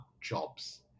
jobs